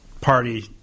party